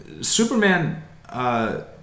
Superman